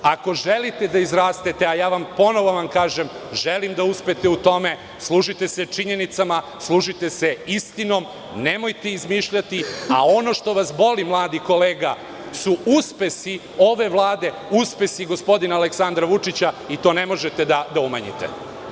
Ako želite da izrastete, a ponovo vam kažem, želim da uspete u tome, služite se činjenicama, služite se istinom, nemojte izmišljati, a ono što vas boli, mladi kolega, su uspesi ove Vlade, uspesi gospodina Aleksandra Vučića i to ne možete da umanjite.